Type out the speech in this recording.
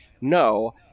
no